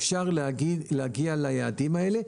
אפשר להגיע ליעדים האלה.